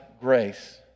grace